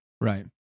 Right